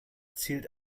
zielt